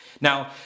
Now